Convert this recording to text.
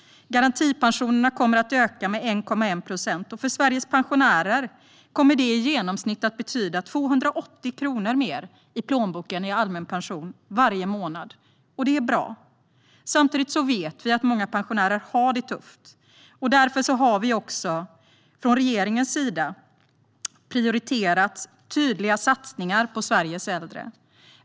Garantipensionerna kommer att öka med 1,1 procent. För Sveriges pensionärer kommer det att betyda i genomsnitt 280 kronor mer i plånboken i allmän pension varje månad. Det är bra. Samtidigt vet vi att många pensionärer har det tufft. Därför har regeringen prioriterat tydliga satsningar på Sveriges äldre.